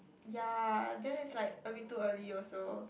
ya then it's like a bit too early also